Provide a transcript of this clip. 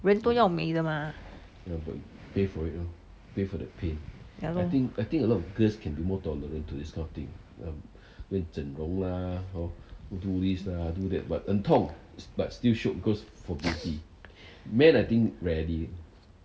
人都要美的吗 ya lor